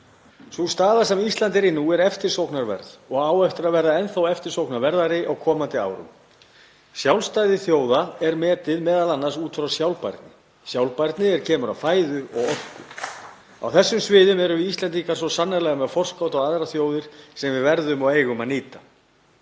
Sú staða sem Ísland er í nú er eftirsóknarverð og á eftir að verða enn þá eftirsóknarverðari á komandi árum. Sjálfstæði þjóða er m.a. metið út frá sjálfbærni er kemur að fæðu og orku. Á þessum sviðum eru Íslendingar svo sannarlega með forskot á aðrar þjóðir sem við verðum og eigum að nýta.